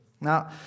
Now